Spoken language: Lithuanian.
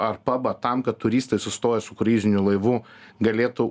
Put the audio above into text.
ar pabą tam kad turistai sustoję su kruiziniu laivu galėtų